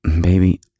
baby